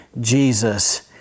Jesus